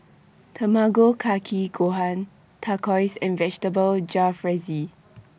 Tamago Kake Gohan Tacos and Vegetable Jalfrezi